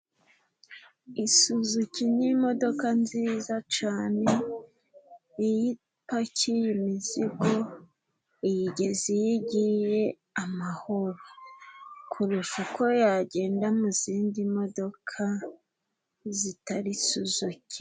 Isuzuki ni imodoka nziza cane， iyo ipakiye imizigo iyigeza iyo igiye amahoro. Kurusha uko yagenda mu zindi modoka zitari suzuki.